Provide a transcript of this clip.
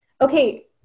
okay